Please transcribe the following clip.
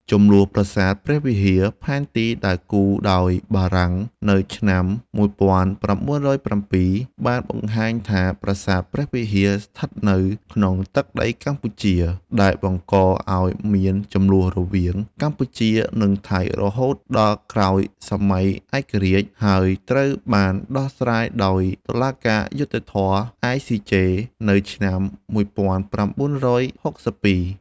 ជម្លោះប្រាសាទព្រះវិហារ ផែនទីដែលគូរដោយបារាំងនៅឆ្នាំ ១៩០៧ បានបង្ហាញថាប្រាសាទព្រះវិហារស្ថិតនៅក្នុងទឹកដីកម្ពុជា ដែលបង្កឱ្យមានជម្លោះរវាងកម្ពុជា និងថៃរហូតដល់ក្រោយសម័យឯករាជ្យ ហើយត្រូវបានដោះស្រាយដោយតុលាការយុត្តិធម៌អន្តរជាតិ ICJ នៅឆ្នាំ ១៩៦២។